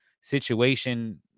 situation